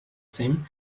same